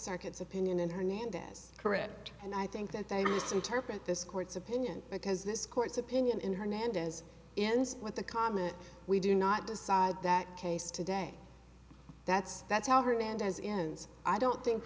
circuit's opinion in hernandez correct and i think that they misinterpret this court's opinion because this court's opinion in hernandez ends with the comment we do not decide that case today that's that's how hernandez ends i don't think